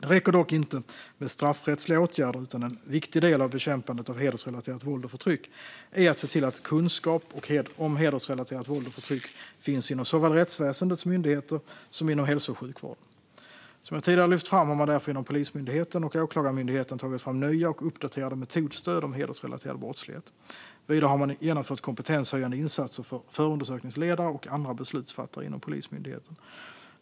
Det räcker dock inte med straffrättsliga åtgärder, utan en viktig del av bekämpandet av hedersrelaterat våld och förtryck är att se till att kunskap om hedersrelaterat våld och förtryck finns inom såväl rättsväsendets myndigheter som hälso och sjukvården. Som jag tidigare har lyft fram har man därför inom Polismyndigheten och Åklagarmyndigheten tagit fram nya och uppdaterade metodstöd om hedersrelaterad brottslighet. Vidare har man genomfört kompetenshöjande insatser för förundersökningsledare och andra beslutsfattare inom Polismyndigheten.